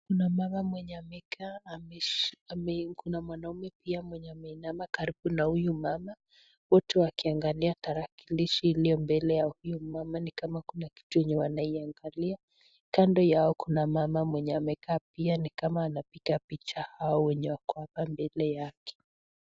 Kuna mama mwenye amekaa, kuna mwanaume pia ,mwenye ameinama karibu na huyu mama ,wote wakiangalia tarakilishi iliyo mbele ya huyu mama ni kama kuna kitu wanaiangalia. Kando yao kuna mama mwenye amekaa pia ni kama anapiga picha hao wenye wako hapa mbele yake.